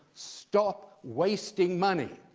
stop wasting money,